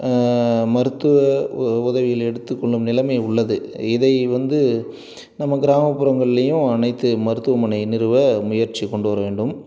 மருத்துவ உ உதவிகள் எடுத்துக்கொள்ளும் நிலைமை உள்ளது இதை வந்து நம்ம கிராமப்புறங்கள்லையும் அனைத்து மருத்துவமனை நிறுவ முயற்சி கொண்டு வரவேண்டும்